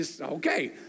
Okay